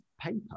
paper